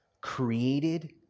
created